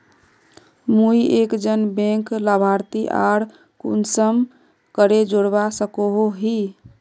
मुई एक जन बैंक लाभारती आर कुंसम करे जोड़वा सकोहो ही?